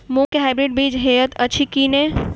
मूँग केँ हाइब्रिड बीज हएत अछि की नै?